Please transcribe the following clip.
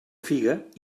figa